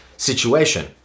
Situation